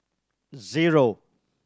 zero